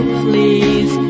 please